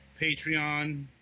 Patreon